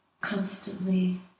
constantly